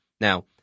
Now